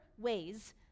ways